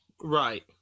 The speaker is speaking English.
Right